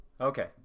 Okay